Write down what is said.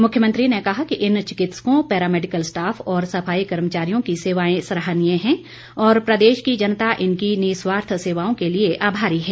मुख्यमत्री ने कहा कि इन चिकित्सकों पैरा मेडिकल स्टाफ और सफाई कर्मचारियों की सेवाएं सराहनीय हैं और प्रदेश की जनता इनकी निःस्वार्थ सेवाओं के लिए आभारी है